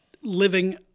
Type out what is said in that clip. living